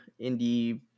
indie